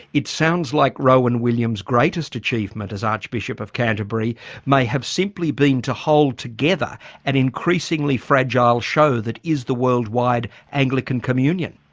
it sounds like rowan williams' greatest achievement as archbishop of canterbury may have simply been to hold together an increasingly fragile show that is the worldwide anglican communion.